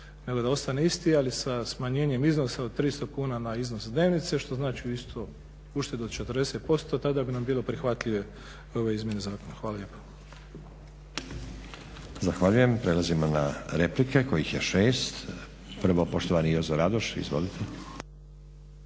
nego da ostane isti ali sa smanjenjem iznosa od 300 kuna na iznos dnevnice što znači isto uštedu od 40% tada bi nam bile prihvatljive ove izmjene zakona. Hvala lijepo. **Stazić, Nenad (SDP)** Zahvaljujem. Prelazimo na replike kojih je 6. Prvo poštovani Jozo Radoš. Izvolite.